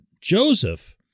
Joseph